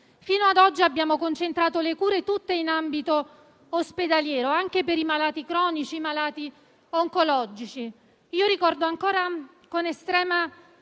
Fino ad oggi abbiamo concentrato le cure tutte in ambito ospedaliero, anche per i malati cronici e oncologici. Ricordo ancora con estrema